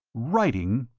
writing?